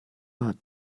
hat